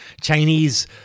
Chinese